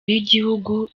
b’igihugu